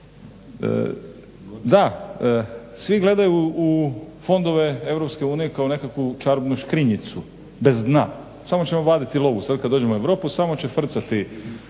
Da svi gledaju fondove EU kao nekakvu čarobnu škrinjicu bez dna, samo ćemo vaditi lovu. Sada kad dođemo u Europu samo će frcati